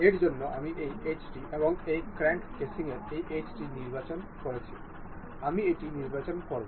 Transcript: এর জন্য আমি এই এজটি এবং এই ক্র্যাঙ্ক কেসিংয়ের এই এজটি নির্বাচন করছি আমি এটি নির্বাচন করব